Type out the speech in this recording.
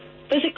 physically